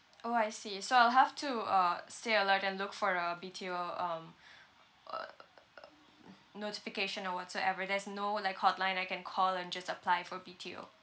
orh I see so I'll have to uh stay alert and look for a B_T_O um notification or whatsoever there's no like hotline I can call and just apply for B_T_O